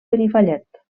benifallet